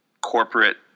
corporate